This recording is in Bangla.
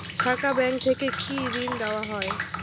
শাখা ব্যাংক থেকে কি ঋণ দেওয়া হয়?